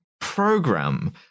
program